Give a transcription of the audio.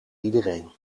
iedereen